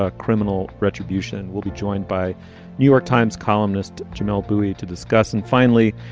ah criminal retribution. we'll be joined by new york times columnist jamelle bouie to discuss. and finally,